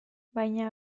baina